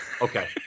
Okay